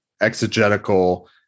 exegetical